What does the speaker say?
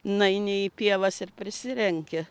nueini į pievas ir prisirenki